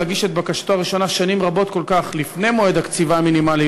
להגיש את בקשתו הראשונה שנים רבות כל כך לפני מועד הקציבה המינימלי,